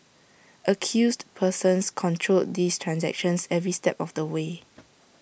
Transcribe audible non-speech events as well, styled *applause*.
accused persons controlled these transactions every step of the way *noise*